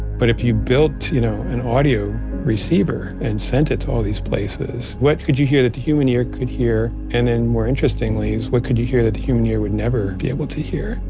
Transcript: but if you built you know an audio receiver and sent it to all these places, what could you hear that the human ear could hear, and and more interestingly, what could you hear that the human ear would never be able to hear?